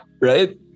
right